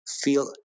feel